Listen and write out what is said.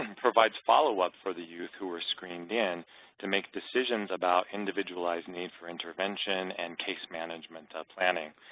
and provides followup for the youth who were screened in to make decisions about individualized need for intervention and case management ah planning.